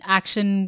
action